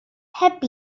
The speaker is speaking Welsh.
heb